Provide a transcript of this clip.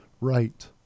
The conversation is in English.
right